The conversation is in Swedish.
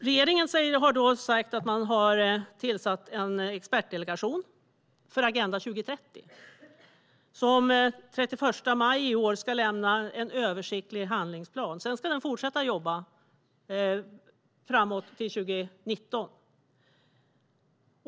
Regeringen har sagt att man har tillsatt en expertdelegation för Agenda 2030 som den 31 maj i år ska lämna en översiktlig handlingsplan och sedan ska fortsätta att jobba fram till 2019.